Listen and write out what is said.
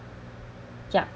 ya